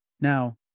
Now